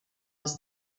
was